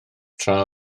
tra